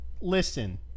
listen